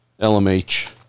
LMH